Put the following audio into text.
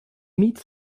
meets